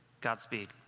Godspeed